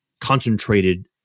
concentrated